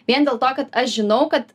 vien dėl to kad aš žinau kad